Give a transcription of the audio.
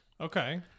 okay